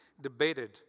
debated